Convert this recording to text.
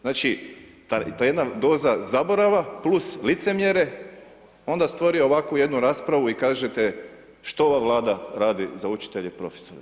Znači, ta jedna doza zaborava + licemjere, onda stvori ovakvu jednu raspravu i kažete što ova Vlada radi za učitelje i profesore.